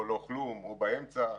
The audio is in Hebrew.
לא כלום או באמצע.